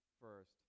first